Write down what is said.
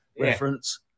reference